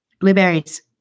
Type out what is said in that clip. Blueberries